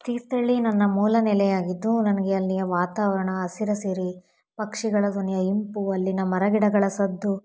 ತೀರ್ಥಳ್ಳಿ ನನ್ನ ಮೂಲ ನೆಲೆಯಾಗಿದ್ದು ನನಗೆ ಅಲ್ಲಿಯ ವಾತಾವರಣ ಹಸಿರ ಸಿರಿ ಪಕ್ಷಿಗಳ ಧ್ವನಿಯ ಇಂಪು ಅಲ್ಲಿನ ಮರ ಗಿಡಗಳ ಸದ್ದು